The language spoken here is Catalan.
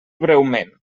breument